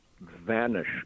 vanish